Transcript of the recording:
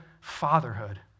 fatherhood